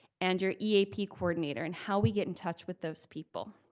and your eap coordinator, and how we get in touch with those people.